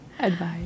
Advice